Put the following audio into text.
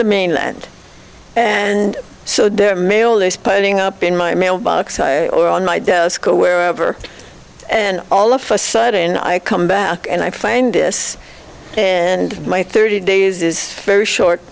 the mainland and so their mail is piling up in my mailbox or on my desk or wherever and all of a sudden i come back and i find this in my thirty days is very short